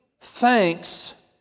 thanks